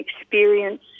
experience